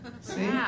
See